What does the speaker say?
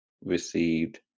received